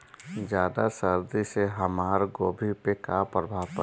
ज्यादा सर्दी से हमार गोभी पे का प्रभाव पड़ी?